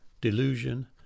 Delusion